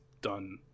done